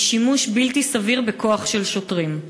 היא שימוש בלתי סביר בכוח של שוטרים.